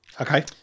Okay